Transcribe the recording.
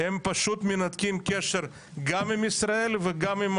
הם פשוט מנתקים קשר גם עם ישראל וגם עם